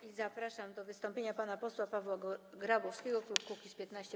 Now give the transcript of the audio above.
I zapraszam do wystąpienia pana posła Pawła Grabowskiego, klub Kukiz’15.